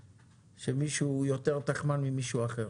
שמישהו יותר תחמן ממישהו אחר.